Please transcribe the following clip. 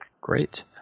Great